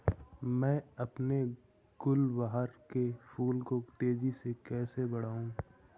मैं अपने गुलवहार के फूल को तेजी से कैसे बढाऊं?